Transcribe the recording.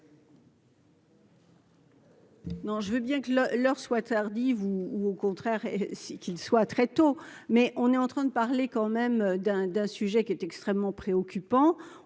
Non, je veux bien que leur leur soit tardive ou ou au contraire si qu'il soit très tôt, mais on est en train de parler quand même d'un d'un sujet qui est extrêmement préoccupant,